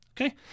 Okay